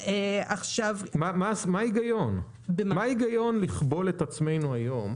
מה ההיגיון לכבול את עצמנו היום?